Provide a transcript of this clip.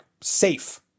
safe